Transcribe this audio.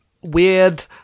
weird